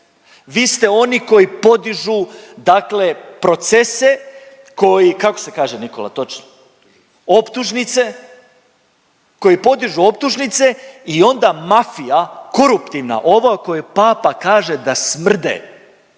Vi ste oni koji podižu dakle procese koji, kako se kaže, Nikola, točno? Optužnice, koji podižu optužnice i onda mafija, koruptivna, ova o kojoj Papa kaže da smrde,